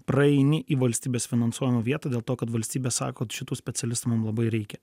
praeini į valstybės finansuojamą vietą dėl to kad valstybė sako šitų specialistų mum labai reikia